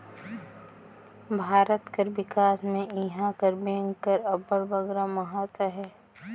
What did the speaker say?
भारत कर बिकास में इहां कर बेंक कर अब्बड़ बगरा महत अहे